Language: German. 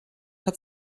hat